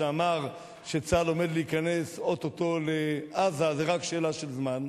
שאמר שצה"ל עומד להיכנס או-טו-טו לעזה ושזו רק שאלה של זמן,